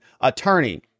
attorney